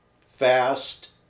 fast